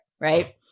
right